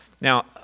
Now